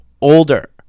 older